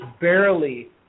barely